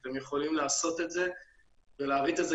הם יכולים לעשות את זה ולהריץ את זה